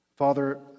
Father